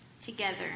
together